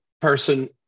person